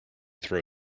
throw